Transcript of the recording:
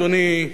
אדוני,